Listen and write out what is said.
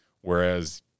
whereas –